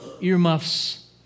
earmuffs